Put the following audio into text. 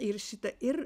ir šitą ir